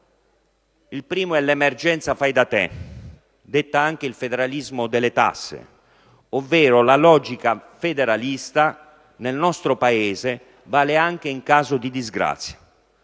Il primo è l'emergenza "fai da te", detta anche federalismo delle tasse: la logica federalista, cioè, nel nostro Paese vale anche in caso di disgrazia.